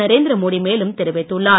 நரேந்திரமோடி மேலும் தெரிவித்துள்ளார்